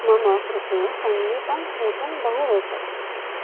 मम कृते सङ्गीतं श्रोतुं बहु रोचते